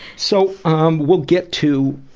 so um we'll get to